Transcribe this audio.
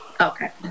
Okay